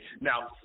Now